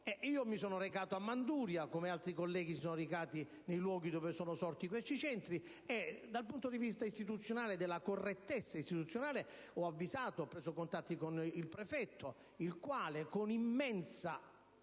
Mi sono recato a Manduria, come altri colleghi si sono recati nei luoghi dove sono sorti questi centri, e dal punto di vista della correttezza istituzionale ho avvisato e ho preso contatti con il prefetto, il quale, con immenso